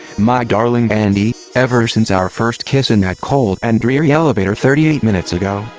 my darling andy, ever since our first kiss in that cold and dreary elevator thirty eight minutes ago,